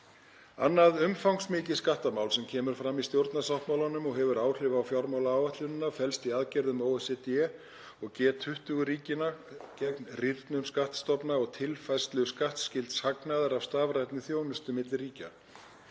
Annað umfangsmikið skattamál sem kemur fram í stjórnarsáttmálanum og hefur áhrif á fjármálaáætlunina felst í aðgerðum OECD og G20-ríkjanna gegn rýrnun skattstofna og tilfærslu skattskylds hagnaðar af stafrænni þjónustu milli ríkja.